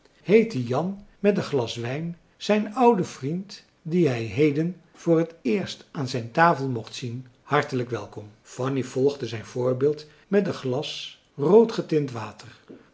heette jan met een glas wijn zijn ouden vriend dien hij heden voor het eerst aan zijn tafel mocht zien hartelijk welkom fanny volgde zijn voorbeeld met een glas rood getint water